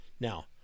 Now